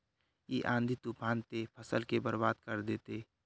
इ आँधी तूफान ते फसल के बर्बाद कर देते?